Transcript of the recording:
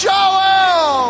Joel